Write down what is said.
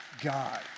God